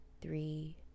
three